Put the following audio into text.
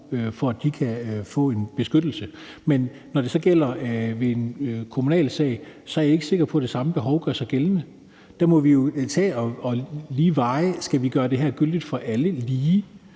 for, at de kan få beskyttelse, men når det så gælder en kommunal sag, er jeg ikke sikker på, at det samme behov gør sig gældende. Der må vi jo tage og veje, om vi skal gøre det her gyldigt og helt lige